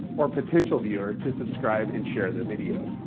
or potential viewer, to subscribe and share the video?